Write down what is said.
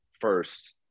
first